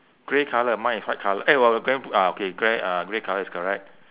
grey colour mine is white colour eh but the gre~ ah okay grey uh grey colour is correct